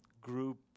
group